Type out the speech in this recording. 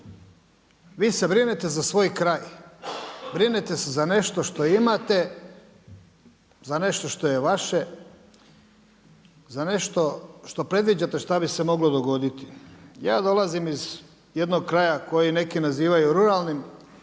Vi se brinete za svoj kraj, vi se brinete za nešto što imate, za nešto što je vaše, za nešto šta predviđate šta bi se moglo dogoditi. Ja dolazim iz jednog kraja koji neki nazivaju ruralnim,